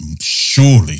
surely